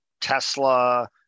Tesla